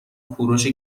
کوروش